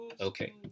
Okay